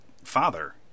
father